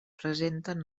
presenten